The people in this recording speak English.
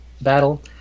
battle